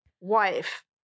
wife